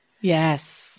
Yes